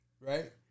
right